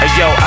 yo